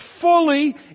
fully